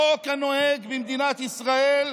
החוק הנוהג במדינת ישראל